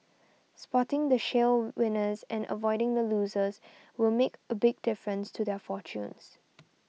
spotting the shale winners and avoiding the losers will make a big difference to their fortunes